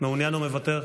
מעוניין או מוותר?